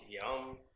yum